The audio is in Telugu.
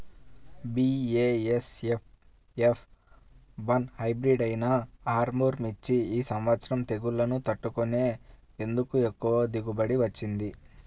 బీ.ఏ.ఎస్.ఎఫ్ ఎఫ్ వన్ హైబ్రిడ్ అయినా ఆర్ముర్ మిర్చి ఈ సంవత్సరం తెగుళ్లును తట్టుకొని ఎందుకు ఎక్కువ దిగుబడి ఇచ్చింది?